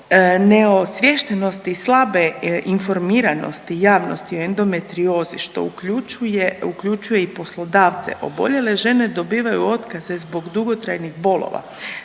neosviještenosti i slabe informiranosti javnosti o endometriozi što uključuje, uključuje i poslodavce oboljele žene dobivaju otkaze zbog dugotrajnih bolova,